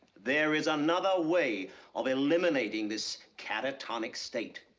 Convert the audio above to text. there is another way of eliminating this catatonic state.